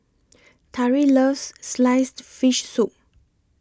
Tari loves Sliced Fish Soup